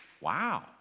Wow